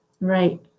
Right